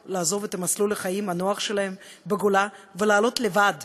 לעזוב את מסלול החיים הנוח שלהם בגולה ולעלות לבד